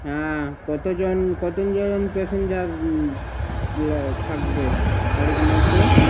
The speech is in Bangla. হ্যাঁ কতজন কতজন প্যাসেঞ্জার লা থাকবে গাড়িতে মধ্যে